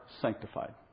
sanctified